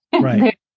Right